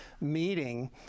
meeting